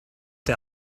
der